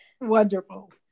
Wonderful